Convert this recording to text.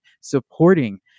supporting